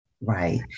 Right